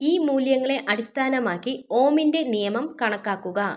ഈ മൂല്യങ്ങളെ അടിസ്ഥാനമാക്കി ഓമിൻ്റെ നിയമം കണക്കാക്കുക